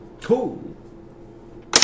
Cool